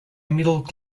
middle